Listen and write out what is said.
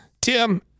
Tim